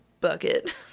bucket